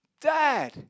Dad